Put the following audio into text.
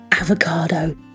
Avocado